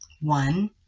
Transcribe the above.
One